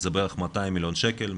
זה בערך 200 מיליון שקל,